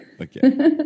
Okay